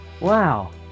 Wow